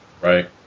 Right